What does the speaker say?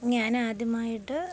ഞാൻ ആദ്യമായിട്ട്